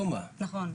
אקסיומה,